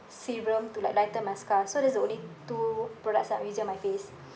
serum to like lighten my scars so that's the only two products I'm using on my face